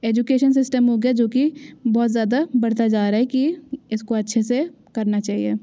education system हो गया जो कि बहुत ज़्यादा बढ़ता जा रहा है कि इसको अच्छे से करना चाहिए